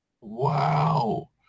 Wow